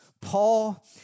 Paul